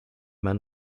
men